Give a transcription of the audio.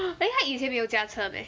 eh 她以前没有驾车的 meh